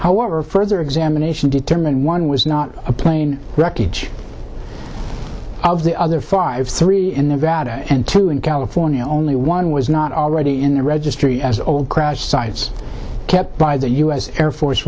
however further examination determined one was not a plane wreckage of the other five three in nevada and two in california only one was not already in the registry as all crash sites are kept by the u s air force